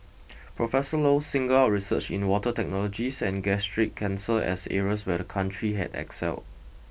Professor Low singled out research in water technologies and gastric cancer as areas where the country had excelled